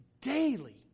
daily